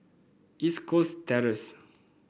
East Coast Terrace